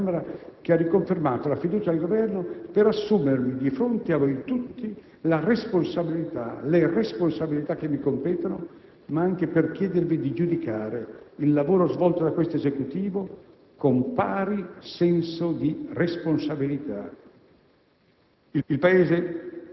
Sono qui oggi, dopo il voto della Camera che ha riconfermato la fiducia al Governo, per assumermi di fronte a voi tutti le responsabilità che mi competono, ma anche per chiedervi di giudicare il lavoro svolto da questo Esecutivo con pari senso di responsabilità.